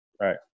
Right